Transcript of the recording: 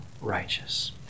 righteous